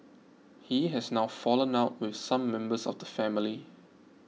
he has now fallen out with some members of the family